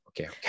Okay